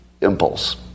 impulse